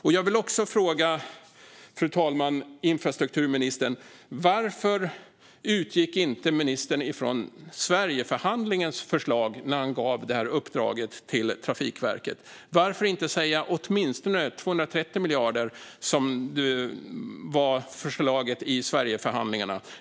Och varför utgick ministern inte från Sverigeförhandlingens förslag när han gav Trafikverket uppdraget? Varför inte säga 230 miljarder som var förslaget i Sverigeförhandlingen?